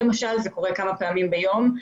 זה קורה כמה פעמים ביום,